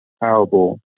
parable